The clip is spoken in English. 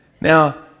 Now